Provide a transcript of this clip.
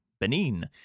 Benin